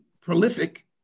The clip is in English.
prolific